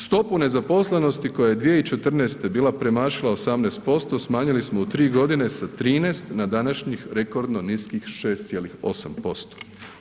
Stopu nezaposlenosti koja je 2014. bila premašila 18% smanjili smo u 3 godine sa 13 na današnjih rekordno niskih 6,8%